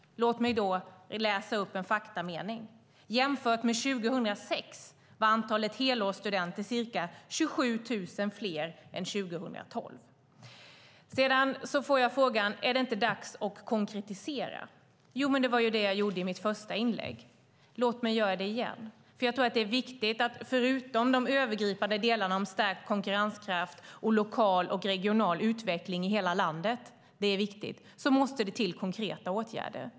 Låt mig då läsa upp en faktamening: Jämfört med 2006 var antalet helårsstudenter ca 27 000 fler 2012. Sedan får jag frågan: Är det inte dags att konkretisera? Jo, men det var det jag gjorde i mitt första inlägg. Låt mig göra det igen, för jag tror att det är viktigt. Förutom de övergripande delarna om stärkt konkurrenskraft och lokal och regional utveckling i hela landet - det är viktigt - måste det till konkreta åtgärder.